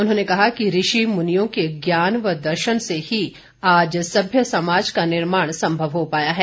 उन्होंने कहा कि ऋषि मुनियों के ज्ञान व दर्शन से ही आज सभ्य समाज का निर्माण संभव हो पाया है